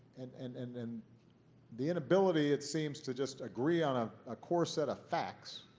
and and and and the inability, it seems, to just agree on a ah core set of facts